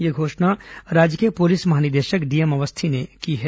यह घोषणा राज्य के पुलिस महानिदेशक डीएम अवस्थी ने की है